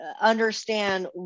understand